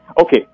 okay